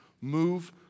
move